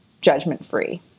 judgment-free